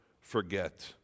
forget